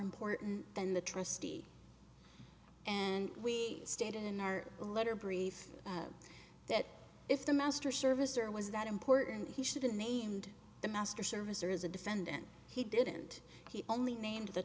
important than the trustee and we stayed in our letter brief that if the master service or was that important he should have named the master servicer is a defendant he didn't he only named the